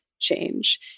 change